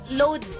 load